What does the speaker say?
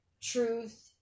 truth